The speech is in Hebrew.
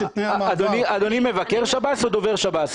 שתנאי המעצר --- אדוני מבקר שב"ס או דובר שב"ס?